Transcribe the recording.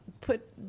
put